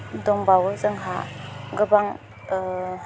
दंबावो जोंहा गोबां